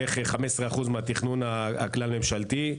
שהן בערך 15% מהתכנון הכלל ממשלתי.